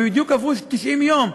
ובדיוק עברו 90 יום.